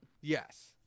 Yes